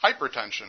hypertension